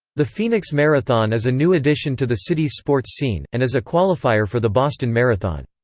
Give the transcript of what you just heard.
the phoenix marathon is a new addition to the city's sports scene, and is a qualifier for the boston marathon.